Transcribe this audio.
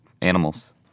Animals